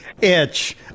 Itch